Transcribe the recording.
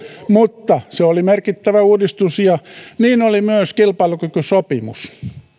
mutta se oli merkittävä uudistus ja niin oli myös kilpailukykysopimus